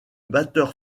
batteur